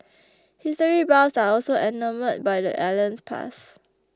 history buffs are also enamoured by the island's past